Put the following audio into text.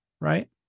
right